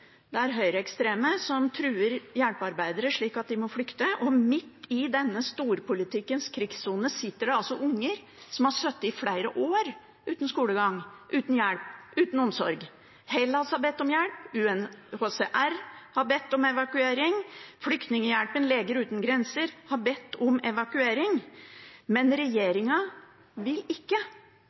Det er høyreekstreme som truer hjelpearbeidere, slik at de må flykte. Midt i denne storpolitikkens krigssone er det altså unger som har sittet i flere år uten skolegang, uten hjelp, uten omsorg. Hellas har bedt om hjelp. UNHCR har bedt om evakuering. Flyktninghjelpen og Leger Uten Grenser har bedt om evakuering. Men regjeringen vil ikke.